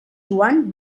joan